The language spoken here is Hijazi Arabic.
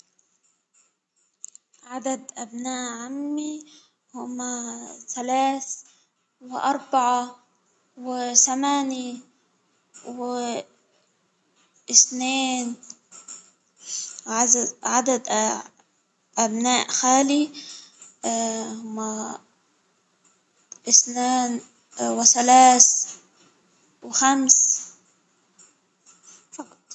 عدد أبناء عمي هما ثلاث ،وأربعة، وثمانية ،و اثنين عدد عدد- أبناء خالي اثنان وثلاث وخمس فقط.